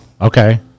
Okay